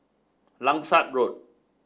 Langsat Road